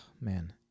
man